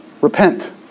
repent